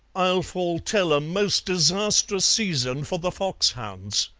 i'll foretell a most disastrous season for the foxhounds.